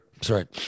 sorry